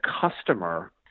customer